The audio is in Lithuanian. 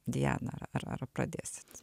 diana ar ar ar pradėsit